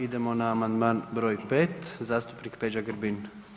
Idemo na amandman br. 5, zastupnik Peđa Grbin.